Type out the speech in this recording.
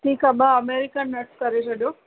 ठीकु आहे ॿ अमैरिकन नट्स करे छॾियो